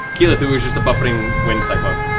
keyleth, who is just a buffeting wind cyclone.